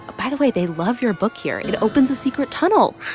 ah by the way, they love your book here. it opens a secret tunnel